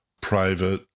private